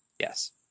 Yes